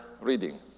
reading